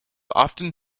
often